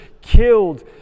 killed